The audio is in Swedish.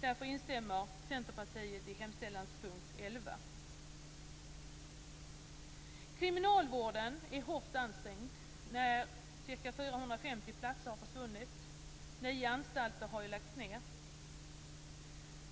Därför instämmer Centerpartiet i hemställanspunkt 11. Kriminalvården är hårt ansträngd. Nio anstalter har ju lagts ned.